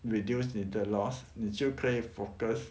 reduce 你的 loss 你就可以 focus